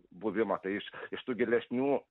buvimo tai iš iš tų gilesnių